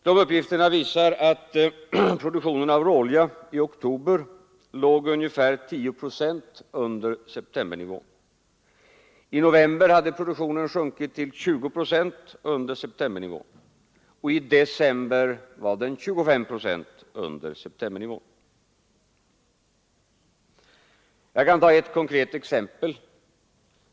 De uppgifterna visar att produktionen av råolja i oktober låg ungefär 10 procent under septembernivån, I november hade produktionen sjunkit till 20 procent under septembernivån och i december var den 25 procent under septembernivån. Jag kan ta ett konkret exempel.